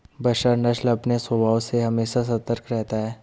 बसरा नस्ल अपने स्वभाव से हमेशा सतर्क रहता है